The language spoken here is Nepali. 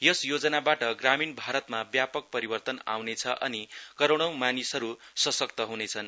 यस योजनाबाट ग्रामीण भारतमा व्यापक परिवर्तन आउनेछ अनि करोडौं मानिसहरु सशक्त हुनेछन्